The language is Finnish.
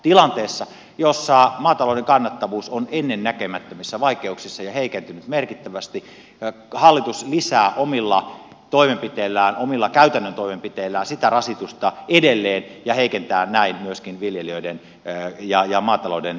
tilanteessa jossa maatalouden kannattavuus on ennennäkemättömissä vaikeuksissa ja heikentynyt merkittävästi hallitus lisää omilla käytännön toimenpiteillään sitä rasitusta edelleen ja heikentää näin myöskin viljelijöiden ja maatalouden kannattavuutta